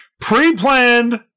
pre-planned